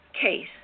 case